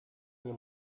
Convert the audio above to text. nie